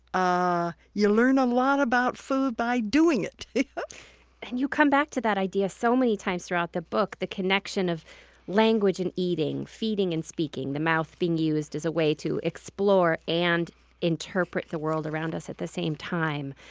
ah you learn a um lot about food by doing it it and you come back to that idea so many times throughout the book the connection of language and eating, feeding and speaking the mouth being used as a way to explore and interpret the world around us at the same time.